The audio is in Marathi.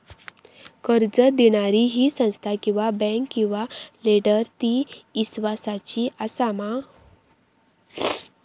कर्ज दिणारी ही संस्था किवा बँक किवा लेंडर ती इस्वासाची आसा मा?